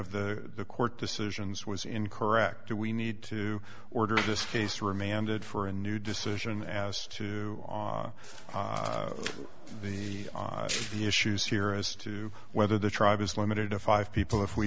of the court decisions was incorrect do we need to order this case remanded for a new decision as to the the issues here as to whether the tribe is limited to five people if we